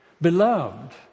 beloved